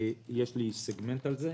יש לי סגמנט על זה.